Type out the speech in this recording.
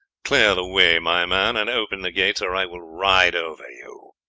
clear the way, my man, and open the gates, or i will ride over you.